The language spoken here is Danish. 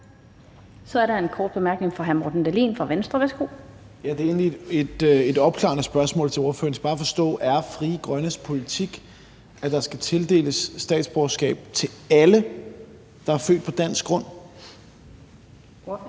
Så er der en kort bemærkning fra hr. Morten Dahlin fra Venstre. Værsgo. Kl. 13:32 Morten Dahlin (V): Det er egentlig et opklarende spørgsmål til ordføreren. Jeg skal bare forstå: Er Frie Grønnes politik, at der skal tildeles statsborgerskab til alle, der er født på dansk grund? Kl.